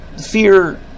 Fear